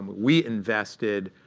we invested,